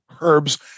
herbs